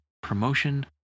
promotion